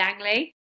Langley